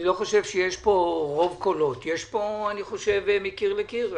אני לא חושב שיש פה רוב קולות אלא יש פה הסכמה מקיר אל קיר.